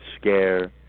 Scare